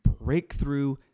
breakthrough